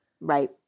right